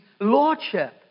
lordship